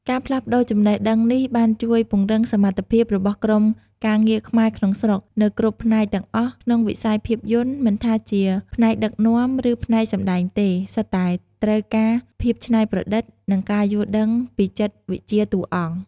ការផ្លាស់ប្តូរចំណេះដឹងនេះបានជួយ ពង្រឹងសមត្ថភាពរបស់ក្រុមការងារខ្មែរក្នុងស្រុក នៅគ្រប់ផ្នែកទាំងអស់ក្នុងិស័យភាពយន្ត មិនថាជា ផ្នែកដឹកនាំ ឬ ផ្នែកសម្តែងទេ សុទ្ធតែ ត្រូវការភាពច្នៃប្រឌិត និងការយល់ដឹងពីចិត្តវិទ្យាតួអង្គ។